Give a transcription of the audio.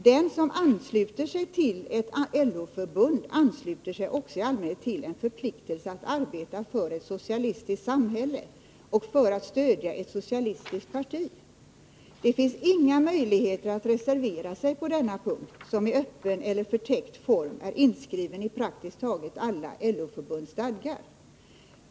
Den som ansluter sig till ett Onsdagen den LO-förbund förpliktar sig också i allmänhet att arbeta för ett socialistiskt 8 december 1982 samhälle och att stödja ett socialistiskt parti. Det finns ingen möjlighet att — reservera sig på dessa punkter, därför att dessa förpliktelser är i öppen eller Medbestämmandeförtäckt form inskrivna i praktiskt taget alla LO-förbunds stadgar.